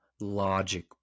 logic